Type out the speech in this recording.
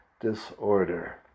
disorder